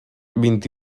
vint